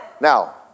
Now